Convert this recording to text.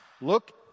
look